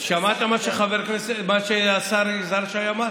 שמעת מה שהשר יזהר שי אמר?